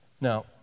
Now